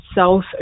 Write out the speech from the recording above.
South